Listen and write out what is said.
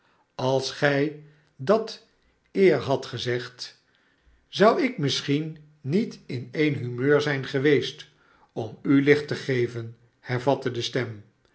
als gij dat eer hadt gezegd zou ik misschien niet in een humeur zijn geweest om u licht te geven hervatte de stem